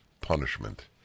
Punishment